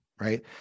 Right